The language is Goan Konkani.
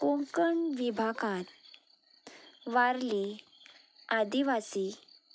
कोंकण विभागांत वारली आदिवासी